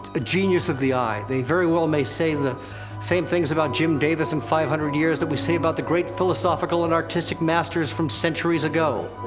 genius of the eye. they very well may say the same things about jim davis in five hundred years that we say about the great philosophical and artistic masters from centuries ago.